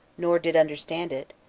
nor did understand it,